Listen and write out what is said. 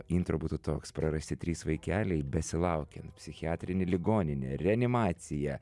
intro būtų toks prarasti trys vaikeliai besilaukiant psichiatrinėj ligoninėj reanimacija